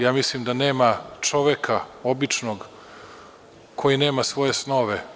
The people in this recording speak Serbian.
Ja mislim da nema čoveka običnog koji nema svoje snove.